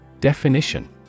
Definition